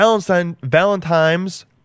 Valentine's